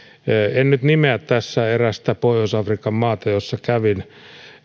en nyt nimeä tässä erästä pohjois afrikan maata jossa kävin